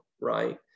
right